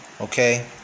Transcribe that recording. okay